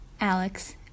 Alex